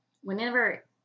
whenever